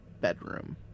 bedroom